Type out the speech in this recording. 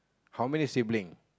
how many sibling